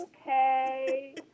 okay